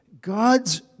God's